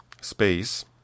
space